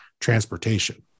transportation